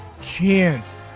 chance